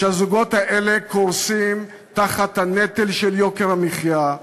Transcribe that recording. שהזוגות האלה קורסים תחת הנטל של יוקר המחיה,